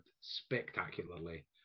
spectacularly